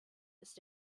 ist